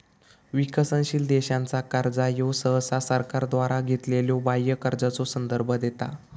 विकसनशील देशांचा कर्जा ह्यो सहसा सरकारद्वारा घेतलेल्यो बाह्य कर्जाचो संदर्भ देता